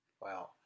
Wow